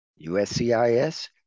USCIS